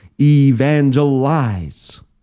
evangelize